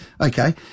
Okay